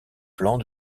plans